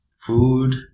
food